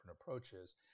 approaches